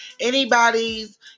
anybody's